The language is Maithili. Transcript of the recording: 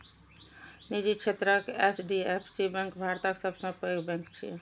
निजी क्षेत्रक एच.डी.एफ.सी बैंक भारतक सबसं पैघ बैंक छियै